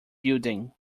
building